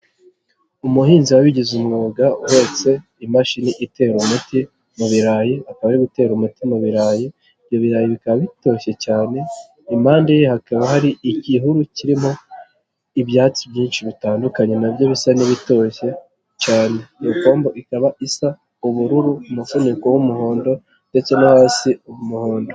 Umuhinzi wabigize umwuga uhetse imashini itera umuti mu birarayi, akaba ari gutera umuti mu birarayi, ibyo birarayi bikaba bitoshye cyane, impande ye hakaba hari igihuru kirimo ibyatsi byinshi bitandukanye nabyo bisa n'ibitoshye cyane. Iyo pombo ikaba isa ubururu, umufuniko w'umuhondo ndetse no hasi umuhondo.